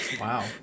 Wow